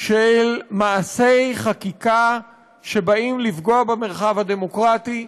של מעשי חקיקה שבאים לפגוע במרחב הדמוקרטי,